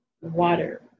water